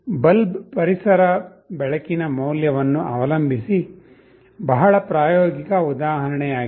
bulb ಪರಿಸರ ಬೆಳಕಿನ ಮೌಲ್ಯವನ್ನು ಅವಲಂಬಿಸಿ ಬಹಳ ಪ್ರಾಯೋಗಿಕ ಉದಾಹರಣೆಯಾಗಿದೆ